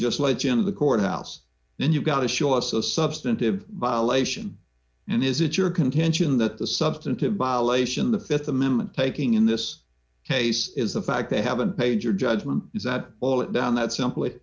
just legend of the courthouse then you've got to show us the substantive bile ation and is it your contention that the substantive bile ation the th amendment taking in this case is the fact they haven't paid your judgment is that well it down that simpl